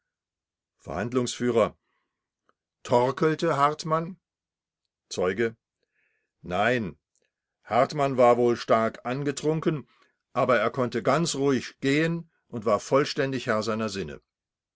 verhandlungsf torkelte hartmann zeuge nein hartmann war wohl stark angetrunken aber er konnte ganz ruhig gehen und war vollständig herr seiner sinne